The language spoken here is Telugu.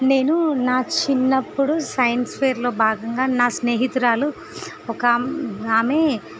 నేను నా చిన్నప్పుడు సైన్స్ ఫేర్లో భాగంగా నా స్నేహితురాలు ఒక ఆమ్ ఆమె